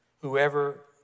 Whoever